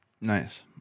nice